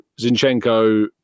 Zinchenko